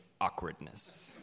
awkwardness